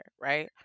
right